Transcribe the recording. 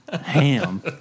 ham